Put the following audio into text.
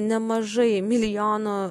nemažai milijonų